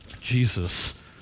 Jesus